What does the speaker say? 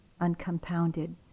uncompounded